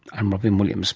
i'm robyn williams